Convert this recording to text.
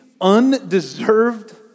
undeserved